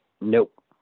Nope